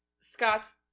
Scott's